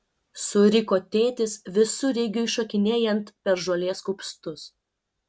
suriko tėtis visureigiui šokinėjant per žolės kupstus